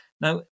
Now